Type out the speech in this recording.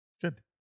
Good